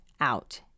out